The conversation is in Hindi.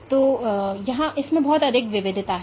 इसलिए इसमें बहुत अधिक विविधता है